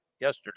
yesterday